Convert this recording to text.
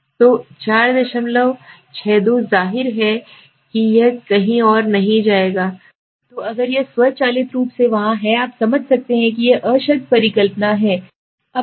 तो 462 जाहिर है कि यह कहीं और यहीं होगा 462 तो अगर यह स्वचालित रूप से वहाँ है आप समझ सकते हैं कि यह अशक्त परिकल्पना है खारिज कर दिया जाएगा ठीक है